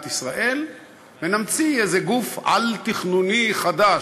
ישראל ונמציא איזה גוף על-תכנוני חדש,